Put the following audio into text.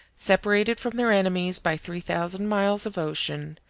separated from their enemies by three thousand miles of ocean,